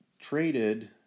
traded